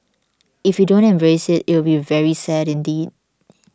if we don't embrace it it'll be very sad indeed